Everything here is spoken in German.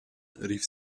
rief